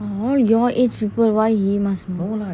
all your age people why he must know